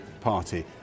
party